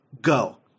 Go